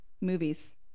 Movies